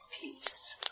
peace